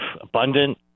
abundant